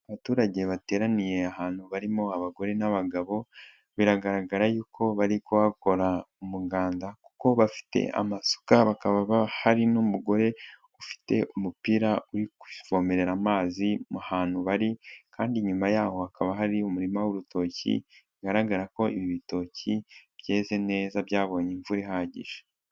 Abaturage bateraniye ahantu barimo abagore n'abagabo, biragaragara yuko bari kuhakora umuganda kuko bafite amasuka, bakaba hari n'umugore ufite umupira uri kuvomerera amazi mu hantu bari, kandi inyuma y'aho hakaba hari umurima w'urutoki, bigaragara ko ibi ibitoki byeze neza byabonye imvura ihagije.